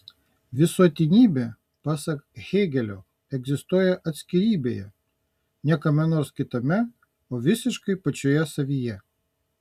visuotinybė pasak hėgelio egzistuoja atskirybėje ne kame nors kitame o visiškai pačioje savyje